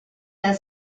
nel